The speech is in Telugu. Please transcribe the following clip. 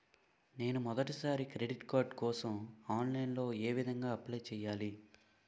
నేను మొదటిసారి క్రెడిట్ కార్డ్ కోసం ఆన్లైన్ లో ఏ విధంగా అప్లై చేయాలి?